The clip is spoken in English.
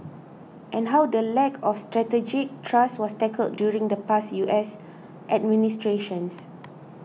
and how the lack of strategic trust was tackled during the past U S administrations